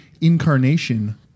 Incarnation